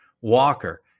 Walker